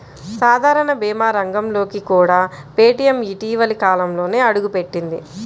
సాధారణ భీమా రంగంలోకి కూడా పేటీఎం ఇటీవలి కాలంలోనే అడుగుపెట్టింది